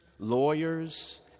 lawyers